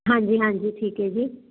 ਹਾਂਜੀ ਹਾਂਜੀ ਠੀਕ ਹੈ ਜੀ